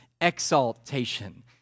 exaltation